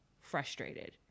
frustrated